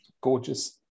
gorgeous